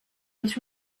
was